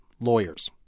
lawyers